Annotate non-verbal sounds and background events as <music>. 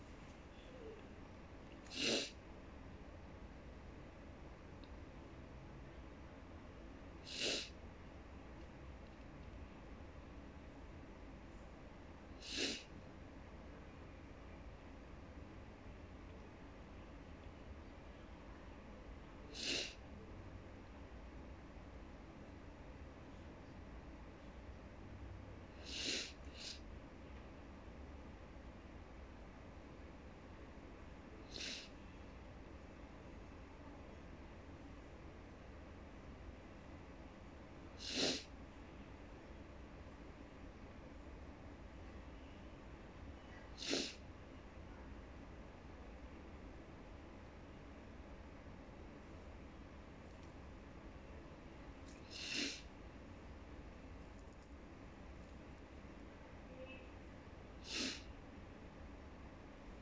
<breath>